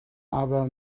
aber